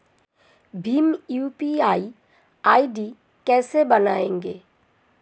Bhim UPI ID कैसे बनाएं?